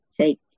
take